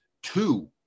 Two